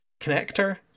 connector